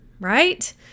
right